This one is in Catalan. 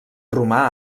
romà